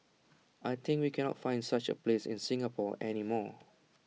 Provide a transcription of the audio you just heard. I think we cannot find such A place in Singapore any more